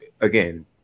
again